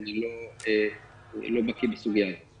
כי אני לא בקיא בסוגיה הזאת.